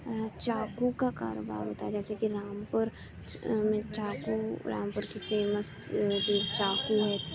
چاقو کا کاروبار ہوتا ہے جیسے کہ رامپور میں چاقو رامپور کی فیمس چیز چاقو ہے